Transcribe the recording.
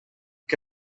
que